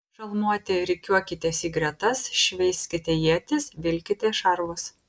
šalmuoti rikiuokitės į gretas šveiskite ietis vilkitės šarvus